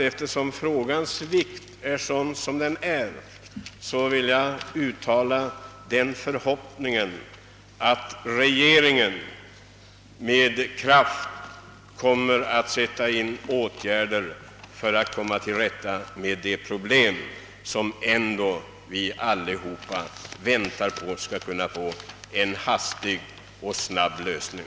Eftersom frågans vikt är så stor vill jag uttala den förhoppningen att regeringen med kraft kommer att sätta in åtgärder för att komma till rätta med dessa problem — vi väntar alla att de skall få en snabb lösning.